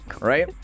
right